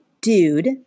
dude